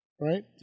right